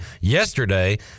Yesterday